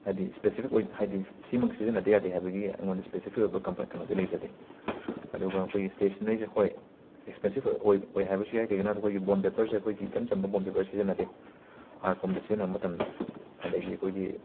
ꯍꯥꯏꯗꯤ ꯁ꯭ꯄꯦꯁꯤꯐꯤꯛ ꯑꯣꯏ ꯍꯥꯏꯗꯤ ꯁꯤꯃꯛ ꯁꯤꯖꯤꯟꯅꯗꯕ ꯌꯥꯗꯦ ꯍꯥꯏꯕꯒꯤ ꯑꯩꯉꯣꯟꯗ ꯁ꯭ꯄꯦꯁꯤꯐꯤꯛ ꯑꯣꯏꯕ ꯀꯝꯄ ꯀꯩꯅꯣꯗꯤ ꯂꯩꯖꯗꯦ ꯑꯗꯨꯒ ꯑꯩꯈꯣꯏꯋꯤ ꯁ꯭ꯇꯦꯁꯅꯔꯤꯁꯦ ꯍꯣꯏ ꯑꯦꯛꯁꯄꯦꯟꯁꯤꯐ ꯑꯣꯏ ꯑꯣꯏ ꯍꯥꯏꯕꯁꯨ ꯌꯥꯏ ꯀꯔꯤꯒꯤꯅꯣ ꯍꯥꯏꯗ ꯑꯩꯈꯣꯏꯒꯤ ꯕꯣꯟ ꯄꯦꯄꯔꯁꯦ ꯑꯩꯈꯣꯏꯒꯤ ꯏꯆꯝ ꯆꯝꯕ ꯕꯣꯟ ꯄꯦꯄꯔ ꯁꯤꯖꯤꯟꯅꯗꯦ ꯑꯥꯔꯠ ꯐꯣꯝꯗ ꯁꯤꯔꯤꯟꯅꯕ ꯃꯇꯝꯗ ꯑꯗꯒꯤ ꯑꯩꯈꯣꯏꯒꯤ